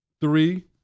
Three